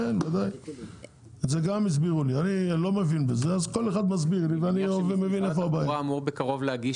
אני מניח שמשרד התחבורה אמור בקרוב להגיש